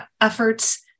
efforts